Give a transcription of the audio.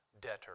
debtor